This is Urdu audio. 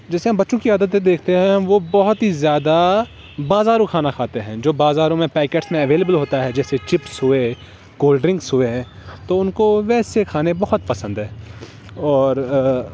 جیسے ہم بچوں کی عادتیں دیکھتے ہیں ہم وہ بہت ہی زیادہ بازارو کھانا کھاتے ہیں جو بازاروں میں پیکٹس میں اویلیبل ہوتا ہے جیسے چپس ہوئے کول ڈرنگس ہوئے تو ان کو ویسے کھانے بہت پسند ہے اور